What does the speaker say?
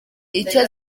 icyo